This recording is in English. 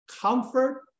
comfort